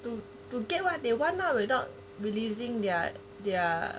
to to get what they want lah without releasing their their